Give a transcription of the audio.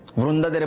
vrunda!